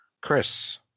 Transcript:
Chris